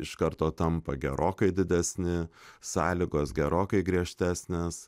iš karto tampa gerokai didesni sąlygos gerokai griežtesnės